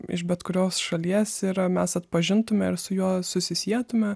iš bet kurios šalies ir a mes atpažintume ir su juo susisietume